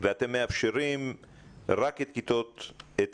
ואתם מאפשרים רק גן ילדים וכיתות א'